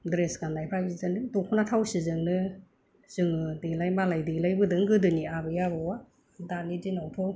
dress गाननायफ्रा बिदिनो दख'ना थावसिजोंनो जोङो देलाय मालाय देलायबोदों गोदोनि आबै आबौआ दानि दिनावथ'